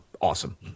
awesome